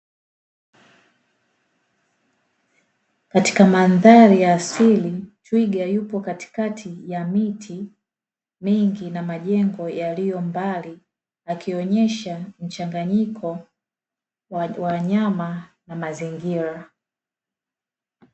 Katika mandhari ya asili twiga yupo katikati ya miti mingi na majengo yaliyo mbali, akionyesha mchanganyiko wa nyama na mazingira.